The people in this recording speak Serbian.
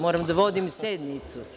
Moram da vodim sednicu.